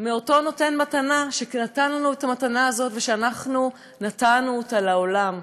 מאותו נותן מתנה שנתן לנו את המתנה הזאת שאנחנו נתנו אותה לעולם.